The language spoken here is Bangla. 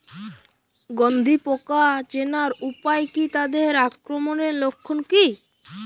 গন্ধি পোকা চেনার উপায় কী তাদের আক্রমণের লক্ষণ কী?